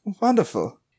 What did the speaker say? wonderful